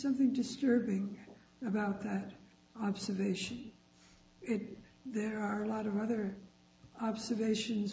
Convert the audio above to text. something disturbing about that observation it there are a lot of other observations